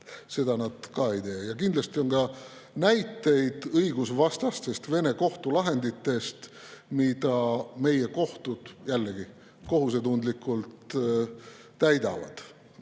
Seda nad ka ei tee. Kindlasti on ka näiteid õigusvastastest Vene kohtulahenditest, mida meie kohtud kohusetundlikult täidavad.